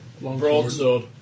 Broadsword